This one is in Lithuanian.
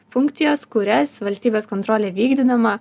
funkcijos kurias valstybės kontrolė vykdydama